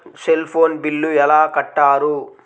Cell phone bill ఎలా కట్టారు?